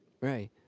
right